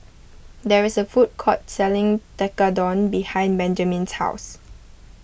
there is a food court selling Tekkadon behind Benjamin's house